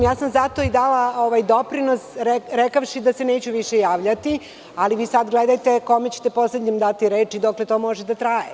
Zato sam i dala ovaj doprinos rekavši da se neću više javljati, ali vi sad gledajte kome ćete poslednjem dati reč i dokle to može da traje.